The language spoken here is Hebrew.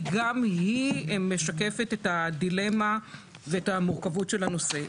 כי גם היא משקפת את הדילמה ואת המורכבות של הנושא.